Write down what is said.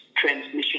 transmission